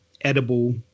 edible